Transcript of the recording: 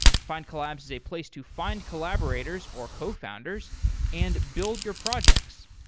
findcollabs is a place to find collaborators, or co-founders and build your projects.